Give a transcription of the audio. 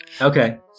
Okay